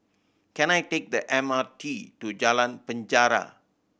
can I take the M R T to Jalan Penjara